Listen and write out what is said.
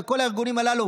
בכל הארגונים הללו.